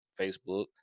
Facebook